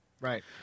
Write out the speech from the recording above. Right